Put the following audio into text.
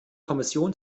kommission